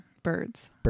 Birds